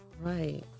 right